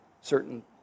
certain